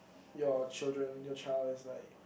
your children your child is like